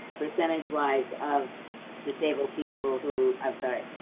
percentage-wise of disabled people who i'm sorry,